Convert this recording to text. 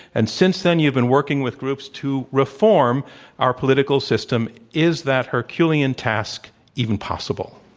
and since then you've been working with groups to reform our political system. is that herculean task even possible?